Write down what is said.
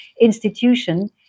institution